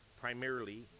primarily